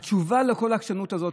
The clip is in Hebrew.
התשובה לכל העקשנות הזאת,